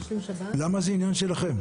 למה זה עניין שלכם,